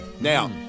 Now